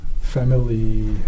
family